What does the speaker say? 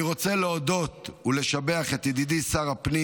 אני רוצה להודות ולשבח את ידידי שר הפנים